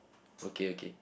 okay okay